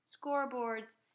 scoreboards